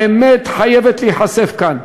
האמת חייבת להיחשף כאן.